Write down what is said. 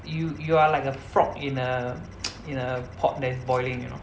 you you are like a frog in a in a pot that is boiling you know